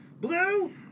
Blue